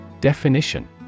Definition